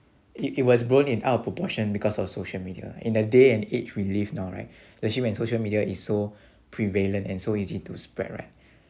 it it was born in out of proportion because of social media in a day and age we live now right especially when social media is so prevalent and so easy to spread right